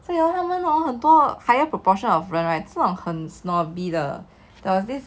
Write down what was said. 所以他们 hor 很多 higher proportion of 人 right 这种很 snobby 的 there was this